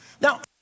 Now